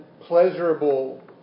pleasurable